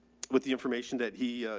with the information that he, ah,